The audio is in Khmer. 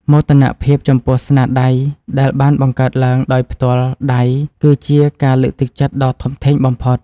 មោទនភាពចំពោះស្នាដៃដែលបានបង្កើតឡើងដោយផ្ទាល់ដៃគឺជាការលើកទឹកចិត្តដ៏ធំធេងបំផុត។